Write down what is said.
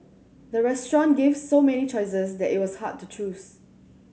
the restaurant gave so many choices that it was hard to choose